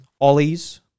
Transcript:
ollies